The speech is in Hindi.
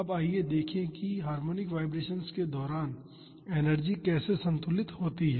अब आइए देखें कि हार्मोनिक वाईब्रेशन्स के दौरान एनर्जी कैसे संतुलित होती है